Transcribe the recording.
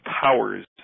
powers